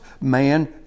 man